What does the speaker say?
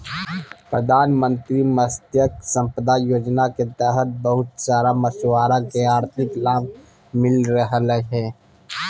प्रधानमंत्री मत्स्य संपदा योजना के तहत बहुत सारा मछुआरा के आर्थिक लाभ मिल रहलय हें